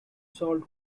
salt